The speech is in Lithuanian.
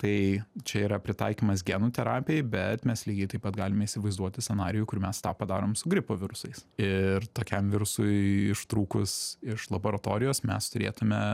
tai čia yra pritaikymas genų terapijai bet mes lygiai taip pat galime įsivaizduoti scenarijų kur mes tą padarom su gripo virusais ir tokiam virusui ištrūkus iš laboratorijos mes turėtume